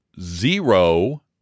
Zero